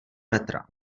metra